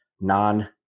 non